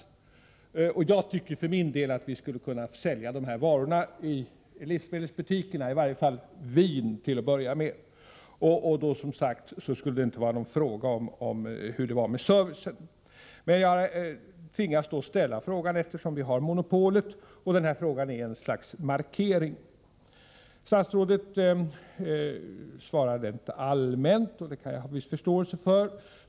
För min del tycker jag att vi skulle kunna sälja de här varorna i livsmedelbutikerna — i varje fall vin. Då skulle det inte behövas någon diskussion om servicen. Men eftersom vi har statligt monopol tvingas jag ställa den här frågan. Samtidigt är den en markering. Statsrådet svarar rent allmänt, och det kan jag ha viss förståelse för.